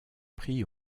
prix